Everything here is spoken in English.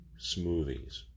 smoothies